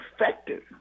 effective